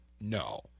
No